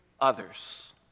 others